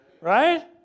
right